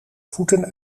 voeten